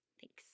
Thanks